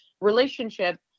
relationship